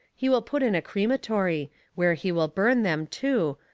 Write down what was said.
he will put in a creamatory, where he will burn them, too,